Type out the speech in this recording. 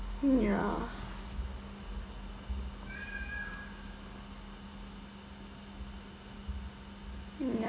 ya ya